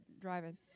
driving